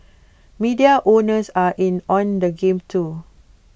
media owners are in on the game too